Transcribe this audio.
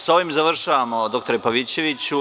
Sa ovim završavamo dr Pavićeviću.